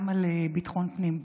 גם על ביטחון פנים.